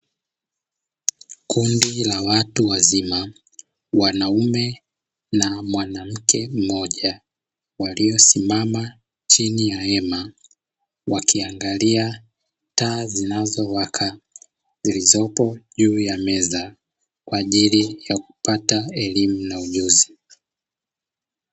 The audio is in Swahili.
Kundi la watu wazima mwanaume na mwanamke mmoja waliosimama chini ya hema, wakiangalia taa zinazowaka juu ya meza kwa ajili ya kupata elimu na ujuzi.